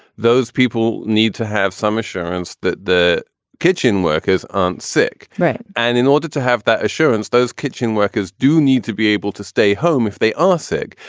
those people need to have some assurance that the kitchen workers aren't sick. right. and in order to have that assurance, those kitchen workers do need to be able to stay home if they are sick.